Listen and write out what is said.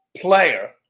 player